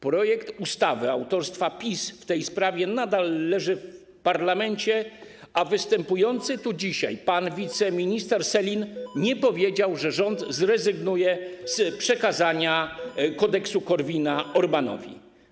Projekt ustawy autorstwa PiS w tej sprawie nadal leży w parlamencie, a występujący tu dzisiaj wiceminister Sellin nie powiedział, że rząd zrezygnuje z przekazania Kodeksu Korwina Orbánowi.